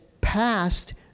passed